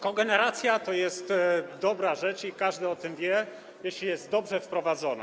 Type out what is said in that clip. Kogeneracja to jest dobra rzecz, i każdy o tym wie, jeśli jest dobrze wprowadzona.